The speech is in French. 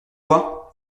quoi